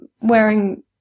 wearing